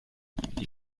die